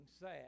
sad